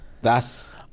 That's-